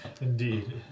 Indeed